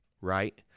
right